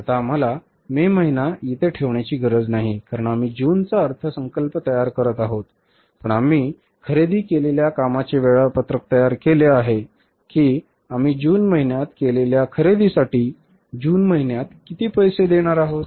आता आम्हाला मे महिना येथे ठेवण्याची गरज नाही कारण आम्ही जूनचा अर्थसंकल्प तयार करत आहोत पण आम्ही खरेदी केलेल्या कामाचे वेळापत्रक तयार केले आहे की आम्ही जून महिन्यात केलेल्या खरेदीसाठी जून महिन्यात किती पैसे देणार आहोत